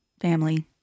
family